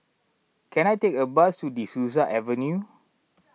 can I take a bus to De Souza Avenue